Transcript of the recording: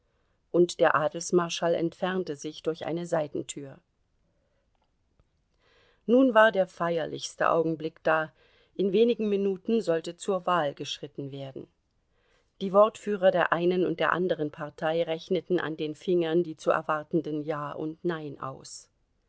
und der adelsmarschall entfernte sich durch eine seitentür nun war der feierlichste augenblick da in wenigen minuten sollte zur wahl geschritten werden die wortführer der einen und der anderen partei rechneten an den fingern die zu erwartenden ja und nein aus